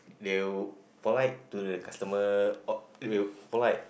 they will polite to the customer they will polite